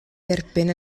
dderbyn